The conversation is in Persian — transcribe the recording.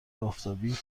آفتابی